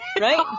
Right